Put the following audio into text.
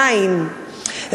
אין,